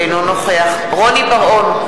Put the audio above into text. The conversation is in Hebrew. אינו נוכח רוני בר-און,